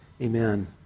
amen